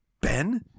ben